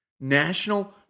National